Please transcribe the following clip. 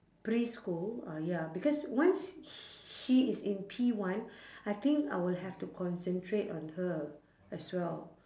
preschool uh ya because once h~ she is in P one I think I will have to concentrate on her as well